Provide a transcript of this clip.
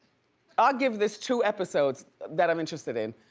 i'll give this two episodes that i'm interested in.